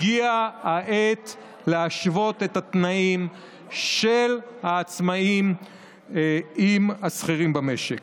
הגיעה העת להשוות את התנאים של העצמאים עם השכירים במשק.